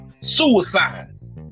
suicides